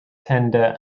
tender